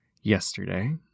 yesterday